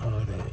और